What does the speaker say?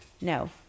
No